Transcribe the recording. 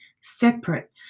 separate